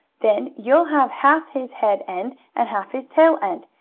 then you'll have half his head end, and half his tail end,